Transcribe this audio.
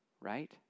right